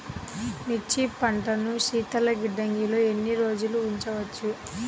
మిర్చి పంటను శీతల గిడ్డంగిలో ఎన్ని రోజులు ఉంచవచ్చు?